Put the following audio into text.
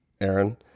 Aaron